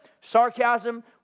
sarcasm